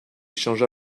changea